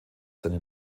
seine